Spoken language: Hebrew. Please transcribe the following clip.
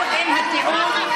רק באתנוקרטיה,